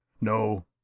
No